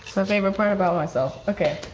so favorite part about myself, okay.